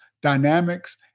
dynamics